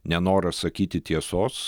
nenoras sakyti tiesos